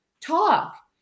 talk